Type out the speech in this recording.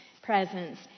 presence